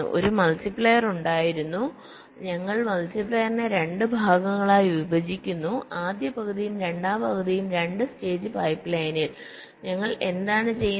ഒരു മൾട്ടിപ്ലയർ ഉണ്ടായിരുന്നു ഞങ്ങൾ മൾട്ടിപ്ലയറിനെ 2 ഭാഗങ്ങളായി വിഭജിക്കുന്നു ആദ്യ പകുതിയും രണ്ടാം പകുതിയും 2 സ്റ്റേജ് പൈപ്പ്ലൈനിൽ ഞങ്ങൾ എന്താണ് ചെയ്യുന്നത്